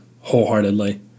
wholeheartedly